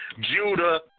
Judah